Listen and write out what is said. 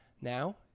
Now